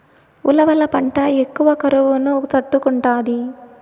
ఉలవల పంట ఎక్కువ కరువును తట్టుకుంటాది